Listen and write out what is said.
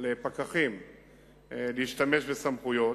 לפקחים להשתמש בסמכויות.